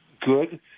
good